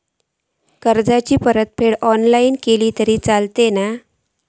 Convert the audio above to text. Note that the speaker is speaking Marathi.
कर्जाची परतफेड ऑनलाइन केली तरी चलता मा?